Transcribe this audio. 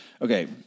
Okay